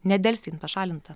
nedelsiant pašalinta